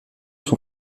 son